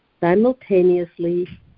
simultaneously